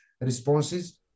responses